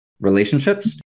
relationships